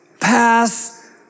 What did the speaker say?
pass